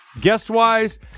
Guest-wise